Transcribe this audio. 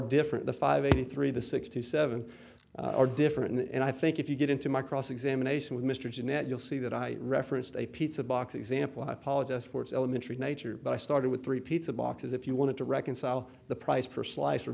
different the five eighty three the sixty seven are different and i think if you get into my cross examination with mr jeanette you'll see that i referenced a pizza box example i apologize for its elementary nature but i started with three pizza boxes if you want to reconcile the price for slice or